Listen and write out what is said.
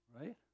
right